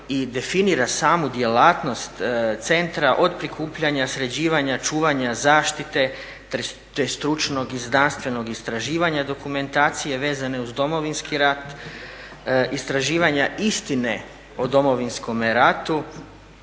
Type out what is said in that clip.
i definira samu djelatnost centra od prikupljanja, sređivanja, čuvanja, zaštite, te stručnog i znanstvenog istraživanja dokumentacije vezane uz Domovinski rat, istraživanja istine o Domovinskome ratu